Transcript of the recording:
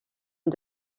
and